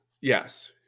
Yes